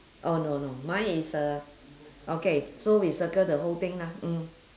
oh no no mine is uh okay so we circle the whole thing lah mm